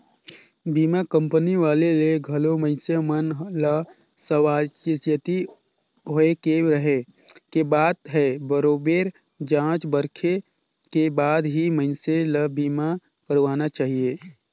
बीमा कंपनी वाले ले घलो मइनसे मन ल सावाचेती होय के रहें के बात हे बरोबेर जॉच परखे के बाद ही मइनसे ल बीमा करवाना चाहिये